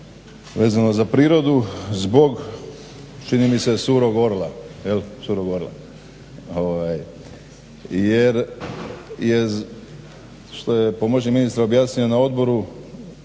vezano za prirodu zbog činjenice surog orla, jel surog orla. Jer što je pomoćni ministar objasnio na odboru